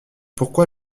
pourquoi